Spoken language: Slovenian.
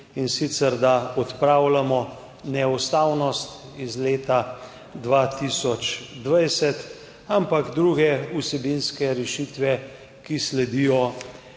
in sicer da odpravljamo neustavnost iz leta 2020, ampak tudi druge vsebinske rešitve, ki sledijo